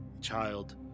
child